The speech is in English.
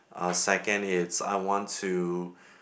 second is I want to